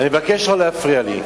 מרתפים,